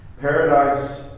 Paradise